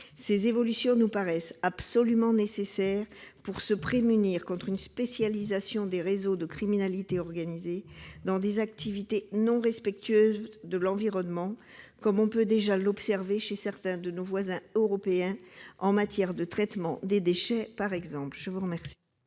Ces évolutions nous paraissent absolument nécessaires pour nous prémunir contre une spécialisation des réseaux de criminalité organisée dans des activités non respectueuses de l'environnement, ce qu'on observe déjà chez certains de nos voisins européens, par exemple en matière de traitement des déchets. Quel est l'avis